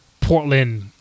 Portland